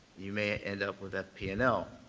you may end up with fp you know